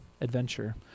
adventure